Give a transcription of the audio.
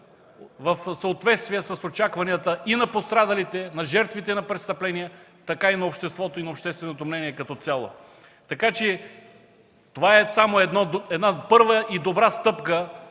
в съответствие с очакванията и на пострадалите, на жертвите на престъпления, така и на обществото и на общественото мнение като цяло. Това е само една първа и добра стъпка